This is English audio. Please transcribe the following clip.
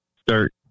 start